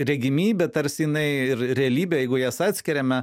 regimybė tarsi jinai ir realybė jeigu jas atskiriame